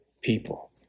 people